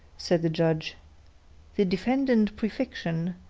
said the judge the defendant prefixion,